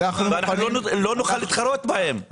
אנחנו לא נוכל להתחרות בהם.